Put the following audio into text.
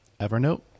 Evernote